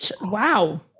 Wow